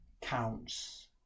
counts